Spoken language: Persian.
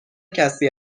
کسی